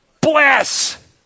Bless